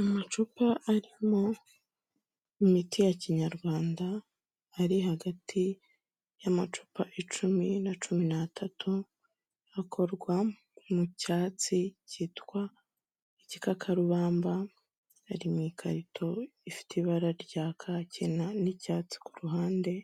Amacupa arimo imiti ya kinyarwanda, ari hagati y'amacupa icumi na cumi n'atatu, akorwa mu cyatsi kitwa igikakarubamba, ari mu ikarito ifite ibara rya kaki n'icyatsi ku ruhande